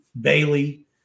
Bailey